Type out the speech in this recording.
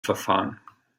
verfahren